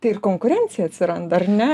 tai ir konkurencija atsiranda ar ne